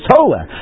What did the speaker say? Tola